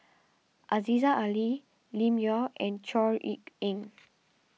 Aziza Ali Lim Yau and Chor Yeok Eng